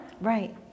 Right